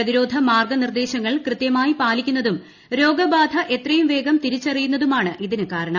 പ്രതിരോധ മാർഗ്ഗനിർദ്ദേശങ്ങൾ കൃത്യമായി പാലിക്കുന്നതും രോഗബാധ എത്രയും വേഗം തിരിച്ചറിയുന്നതുമാണ് ഇതിന് കാര്രണം